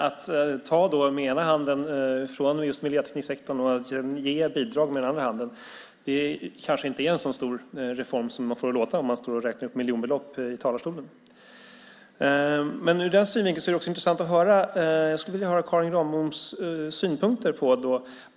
Att ta med ena handen från miljötekniksektorn och ge bidrag med den andra handen kanske inte är en så stor reform som man får det att låta när man står och räknar upp miljonbelopp i talarstolen. Ur den synvinkeln skulle det vara intressant att höra Karin Granboms synpunkter på detta.